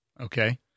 Okay